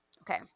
Okay